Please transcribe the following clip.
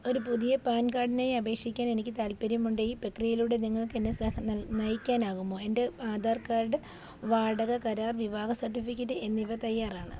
ഒരു പുതിയ പാൻ കാർഡിനായി അപേക്ഷിക്കാനെനിക്ക് താൽപ്പര്യമുണ്ട് ഈ പ്രക്രിയയിലൂടെ നിങ്ങൾക്കെന്നെ സഹ നയിക്കാനാകുമോ എൻ്റെ ആധാർ കാർഡ് വാടക കരാർ വിവാഹ സർട്ടിഫിക്കറ്റ് എന്നിവ തയ്യാറാണ്